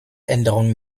änderung